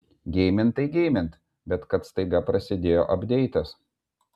geimint tai geimint bet kad staiga prasidėjo apdeitas